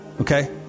Okay